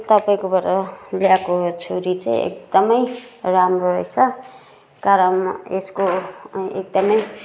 तपाईँकोबाट ल्याएको छुरी चाहिँ एकदमै राम्रो रहेस कारण यसको एकदमै